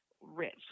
rich